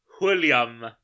William